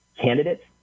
candidates